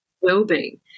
well-being